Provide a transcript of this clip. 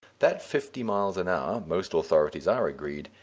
that fifty miles an hour, most authorities are agreed,